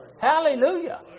Hallelujah